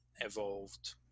evolved